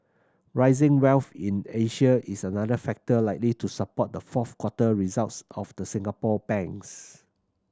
rising wealth in Asia is another factor likely to support the fourth quarter results of the Singapore banks